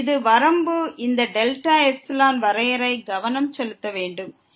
பல மாறிகளின் செயல்பாடுகளுக்கான வரம்பைப் பற்றி விவாதிப்பது மிகவும் முக்கியம்